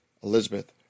Elizabeth